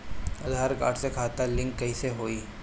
आधार card से खाता link कईसे होई?